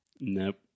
Nope